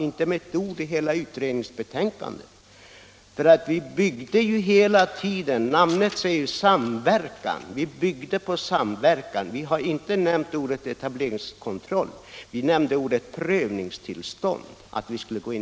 Det ordet finns inte i hela utredningsbetänkandet. Vi byggde hela tiden på ordet samverkan och på ett system med prövningstillstånd.